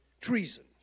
treason